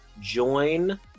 join